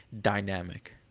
dynamic